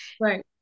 Right